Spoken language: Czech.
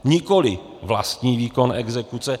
Nikoliv vlastní výkon exekuce.